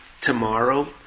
tomorrow